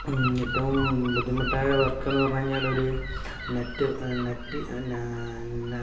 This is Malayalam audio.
ഏറ്റം ബുദ്ധിമുട്ടായ വർക്ക് എന്നു പറഞ്ഞു കഴിഞ്ഞാൽ ഒരു നെറ്റ് നെറ്റ് ന് നെറ്റ്